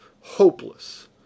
hopeless